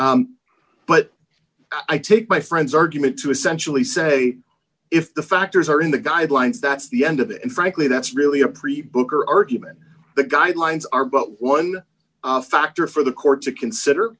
but i take my friends argument to essentially say if the factors are in the guidelines that's the end of it and frankly that's really a pre book or argument the guidelines are but one factor for the court to consider